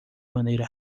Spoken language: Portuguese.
maneira